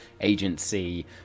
Agency